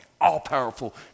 all-powerful